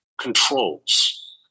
controls